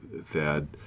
Thad